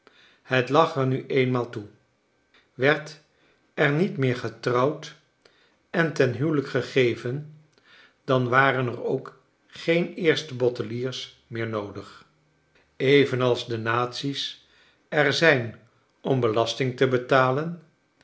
het lag er nu eenmaal toe werd er niet meer getrouwd en ten huwelijk gegcven dan waren er ook geen eerste botteliers meer noodig evenals de naties er zijn om belasting te betalen